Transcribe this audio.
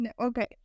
Okay